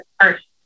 first